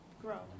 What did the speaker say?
grow